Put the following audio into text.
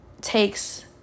Takes